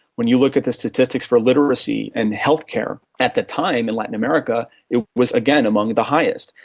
when you look at the statistics for literacy and healthcare, at the time in latin america it was, again, among the highest.